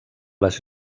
les